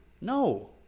No